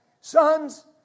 sons